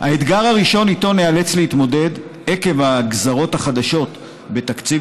האתגר הראשון שאיתו ניאלץ להתמודד עקב הגזרות החדשות בתקציב